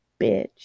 bitch